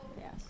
yes